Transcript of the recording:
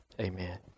Amen